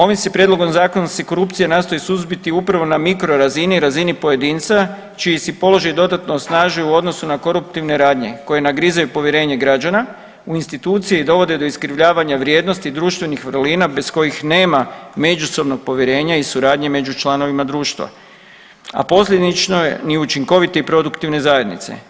Ovim se prijedlogom zakona se korupcija nastoji suzbiti upravo na mikro razini, razini pojedinca čiji si položaj dodatno osnažuju u odnosu na koruptivne radnje koje nagrizaju povjerenje građana u institucije i dovode do iskrivljavanja vrijednosti i društvenih vrlina bez kojih nema međusobnog povjerenja i suradnje među članovima društva, a posljedično ni učinkovite i produktivne zajednice.